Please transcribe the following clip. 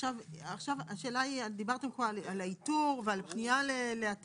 זכויות, דיברתם פה על איתור הנפגעים.